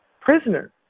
prisoner